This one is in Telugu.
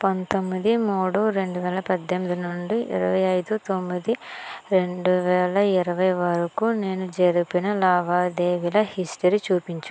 పంతొమ్మిది మూడు రెండువేల పద్దెనిమిది నుండి ఇరవై ఐదు తొమ్మిది రెండువేల ఇరవై వరకు నేను జరిపిన లావాదేవీల హిస్టరీ చూపించు